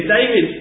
David